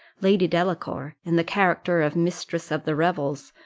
lady delacour, in the character of mistress of the revels,